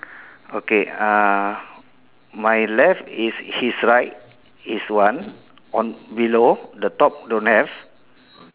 okay uh my left is his right is one on below the top don't have